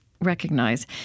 recognize